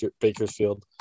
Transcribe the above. Bakersfield